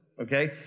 Okay